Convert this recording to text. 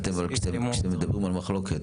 כשאתם מדברים על מחלוקת,